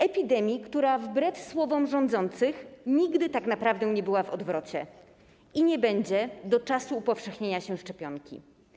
Epidemii, która wbrew słowom rządzących nigdy tak naprawdę nie była w odwrocie i nie będzie do czasu upowszechnienia się szczepionki.